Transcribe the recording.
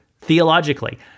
theologically